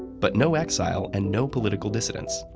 but no exile and no political dissidents.